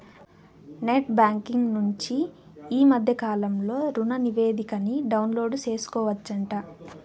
net banking నుంచి ఈ మద్దె కాలంలో రుణనివేదికని డౌన్లోడు సేసుకోవచ్చంట